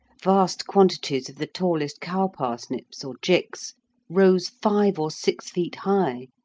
vast quantities of the tallest cow-parsnips or gicks rose five or six feet high,